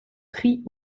prix